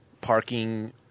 parking